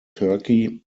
turkey